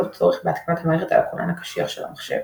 צורך בהתקנת המערכת על הכונן הקשיח של המחשב.